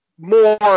more